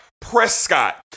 Prescott